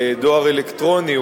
לדואר אלקטרוני,